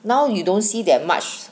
now you don't see that much